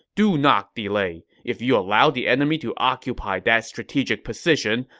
do not delay. if you allow the enemy to occupy that strategic position,